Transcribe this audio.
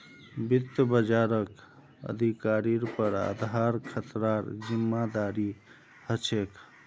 वित्त बाजारक अधिकारिर पर आधार खतरार जिम्मादारी ह छेक